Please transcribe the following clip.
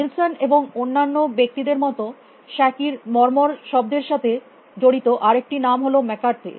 Nielsen এবং অন্যান্য ব্যক্তি দের মত শ্যাকে র মর্মর শব্দের সাথে জদিত আরেকটি নাম হল ম্যাককারথে